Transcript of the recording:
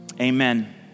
Amen